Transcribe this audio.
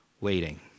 waiting